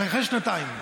אחרי שנתיים.